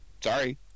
sorry